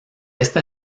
esta